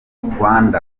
rwanda